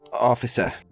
officer